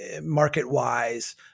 market-wise